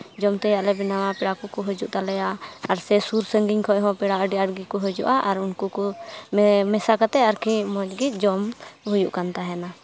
ᱡᱚᱢ ᱛᱮᱭᱟᱜ ᱞᱮ ᱵᱮᱱᱟᱣᱟ ᱯᱮᱲᱟ ᱠᱚᱠᱚ ᱦᱟᱹᱡᱩᱜ ᱛᱟᱞᱮᱭᱟ ᱟᱨ ᱥᱮ ᱥᱩᱨ ᱥᱟᱺᱜᱤᱧ ᱠᱷᱚᱡ ᱦᱚᱸ ᱯᱮᱲᱟ ᱟᱹᱰᱤ ᱟᱸᱴ ᱜᱮᱠᱚ ᱦᱟᱡᱩᱜᱼᱟ ᱟᱨ ᱩᱱᱠᱩ ᱠᱚᱞᱮ ᱢᱮᱥᱟ ᱠᱟᱛᱮᱫ ᱟᱨᱠᱤ ᱢᱚᱡᱽ ᱜᱮ ᱡᱚᱢ ᱦᱩᱭᱩᱜ ᱠᱟᱱ ᱛᱟᱦᱮᱱᱟ